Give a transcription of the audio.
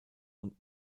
und